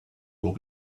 will